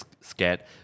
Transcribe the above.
scared